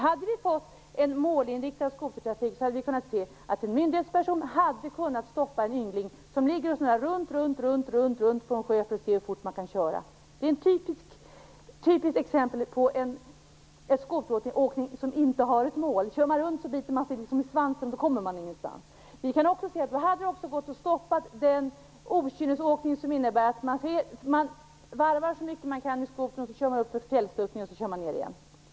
Hade vi fått en målinriktad skotertrafik hade en myndighetsperson kunnat stoppa en yngling som åker runt på en sjö för att se hur fort man kan köra. Det är ett typiskt exempel på en skoteråkning som inte har ett mål. Kör man runt biter man sig i svansen och kommer ingenvart. Det hade också gått att stoppa den okynnesåkning som innebär att man varvar så mycket man kan, så kör man upp en fjällsluttning och så kör man ner igen.